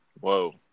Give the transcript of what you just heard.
Whoa